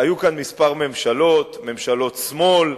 היו פה כמה ממשלות, ממשלות שמאל,